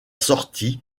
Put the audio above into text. sortie